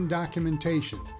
documentation